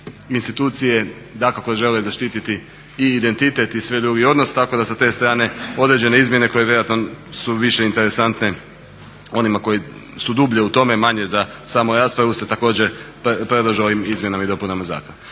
institucije dakako žele zaštiti i identitet i sve druge odnose. Tako da sa te strane određene izmjene koje vjerojatno su više interesantne onima koji su dublje u tome manje za samu raspravu se također predlažu ovim izmjenama i dopunama zakona.